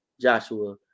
Joshua